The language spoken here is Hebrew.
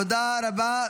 תודה רבה.